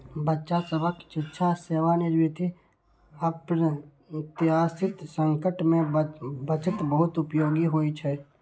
बच्चा सभक शिक्षा, सेवानिवृत्ति, अप्रत्याशित संकट मे बचत बहुत उपयोगी होइ छै